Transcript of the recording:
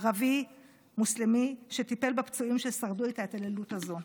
ערבי מוסלמי שטיפל בפצועים בהתעללות הזאת ששרדו.